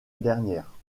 dernière